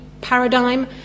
paradigm